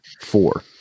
four